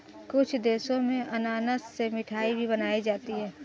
कुछ देशों में अनानास से मिठाई भी बनाई जाती है